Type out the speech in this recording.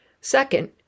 Second